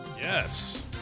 Yes